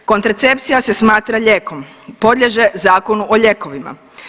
Kontracepcija se smatra lijekom, podliježe Zakonu o lijekovima.